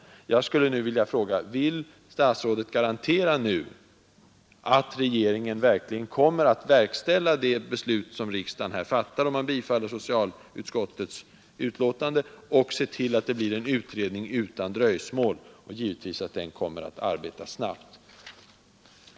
Jag vill fråga: Kan statsrådet garantera att regeringen verkligen kommer att verkställa det beslut som riksdagen fattar om den bifaller socialutskottets betänkande? Vill statsrådet se till att det utan dröjsmål blir en utredning, och givetvis att den kommer att arbeta snabbt?